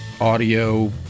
audio